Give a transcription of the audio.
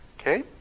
Okay